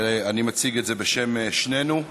ואני מציג את זה בשם שנינו.